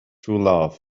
truelove